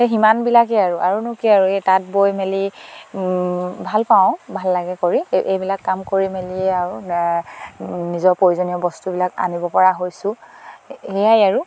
সেই সিমানবিলাকেই আৰুনো কি আৰু এই তাত বৈ মেলি ভাল পাওঁ ভাল লাগে কৰি এইবিলাক কাম কৰি মেলিয়ে আৰু নিজৰ প্ৰয়োজনীয় বস্তুবিলাক আনিব পৰা হৈছোঁ সেয়াই আৰু